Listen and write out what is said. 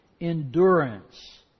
endurance